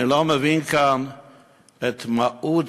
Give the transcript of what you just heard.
אני לא מבין כאן את המהות,